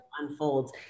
unfolds